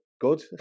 good